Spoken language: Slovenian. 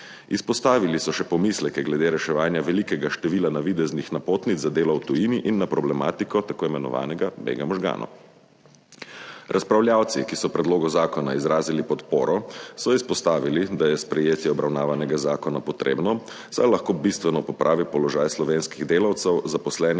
Izpostavili so še pomisleke glede reševanja velikega števila navideznih napotnic za delo v tujini in na problematiko tako imenovanega bega možganov. Razpravljavci, ki so predlogu zakona izrazili podporo, so izpostavili, da je sprejetje obravnavanega zakona potrebno, saj lahko bistveno popravi položaj slovenskih delavcev, zaposlenih